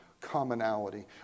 commonality